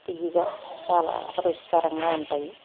తియ్యగా చాలా రుచికరంగా ఉంటాయి